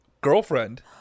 girlfriend